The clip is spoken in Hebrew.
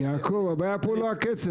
יעקב, הבעיה פה היא לא הקצב.